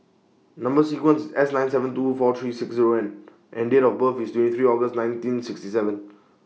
Number sequence IS S nine seven two four three six Zero N and Date of birth IS twenty three August nineteen sixty seven